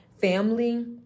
family